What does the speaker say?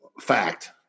fact